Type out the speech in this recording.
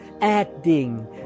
adding